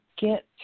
get